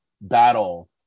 battle